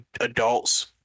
adults